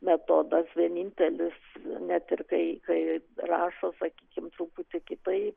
metodas vienintelis net ir kai kai rašo sakykim truputį kitaip